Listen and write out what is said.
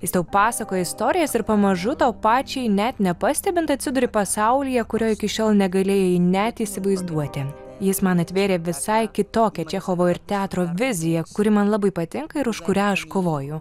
jis tau pasakoja istorijas ir pamažu tau pačiai net nepastebint atsiduri pasaulyje kurio iki šiol negalėjai net įsivaizduoti jis man atvėrė visai kitokią čechovo ir teatro viziją kuri man labai patinka ir už kurią aš kovoju